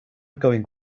going